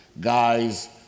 guys